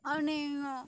અને